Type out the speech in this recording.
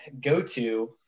go-to